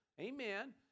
amen